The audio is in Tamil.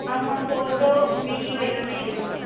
ஆமாம் ஃபோட்டோ வீடியோ எல்லாமே எடுக்கணும்